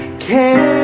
can